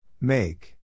Make